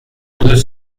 deux